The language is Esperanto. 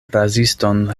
raziston